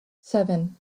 seven